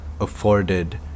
afforded